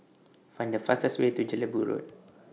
Find The fastest Way to Jelebu Road